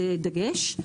דגש.